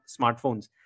smartphones